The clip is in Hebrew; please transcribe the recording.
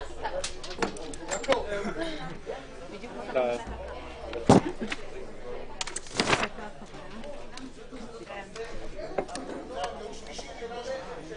בשעה 11:00.